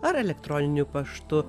ar elektroniniu paštu